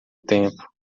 tempo